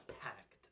packed